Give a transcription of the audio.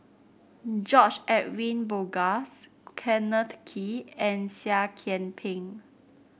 George Edwin Bogaars Kenneth Kee and Seah Kian Peng